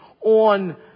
on